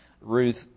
Ruth